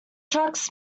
trucks